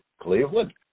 Cleveland